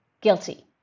guilty